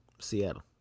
Seattle